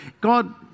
God